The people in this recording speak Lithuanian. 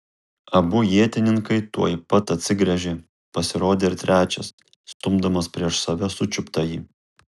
abu ietininkai tuoj pat atsigręžė pasirodė ir trečias stumdamas prieš save sučiuptąjį